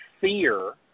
fear